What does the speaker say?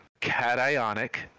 cationic